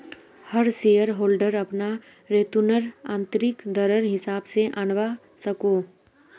हर shareholder अपना return आंतरिक दरर हिसाब से आंनवा सकोह